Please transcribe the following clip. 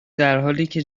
درحالیکه